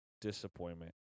disappointment